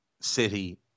City